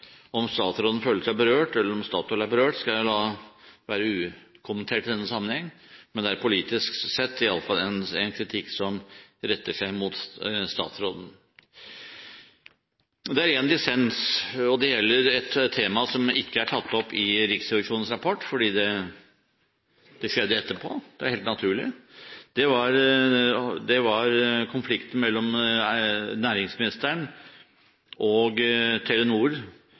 Om statsråden føler seg berørt, eller om Statoil er berørt, skal jeg la være ukommentert i den sammenhengen. Men det er politisk sett i alle fall en kritikk som retter seg mot statsråden. Det er én dissens, og det gjelder et tema som ikke er tatt opp i Riksrevisjonens rapport, fordi det skjedde etterpå, og det er helt naturlig. Det gjaldt konflikten mellom næringsministeren og Telenor,